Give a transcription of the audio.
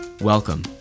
Welcome